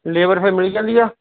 labour ਫਿਰ ਮਿਲੀ ਜਾਂਦੀ ਹੈ